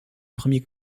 premiers